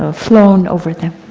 ah flown over there,